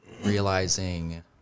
realizing